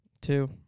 Two